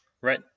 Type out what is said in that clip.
Right